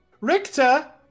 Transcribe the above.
richter